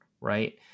right